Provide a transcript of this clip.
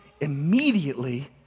immediately